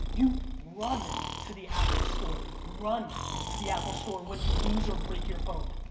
you run to the apple store, run to the apple store, when you lose or break your phone.